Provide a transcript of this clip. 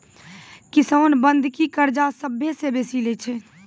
किसान बंधकी कर्जा सभ्भे से बेसी लै छै